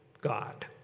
God